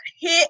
hit